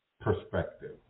perspective